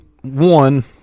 One